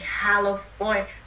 California